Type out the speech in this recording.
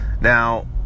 Now